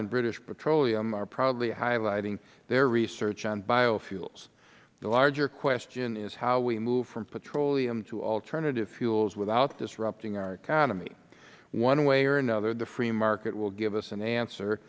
and british petroleum are proudly highlighting their research on biofuels the larger question is how we move from petroleum to alternative fuels without disrupting our economy one way or another the free market will give us an answer